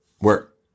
work